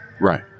Right